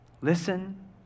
Listen